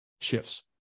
shifts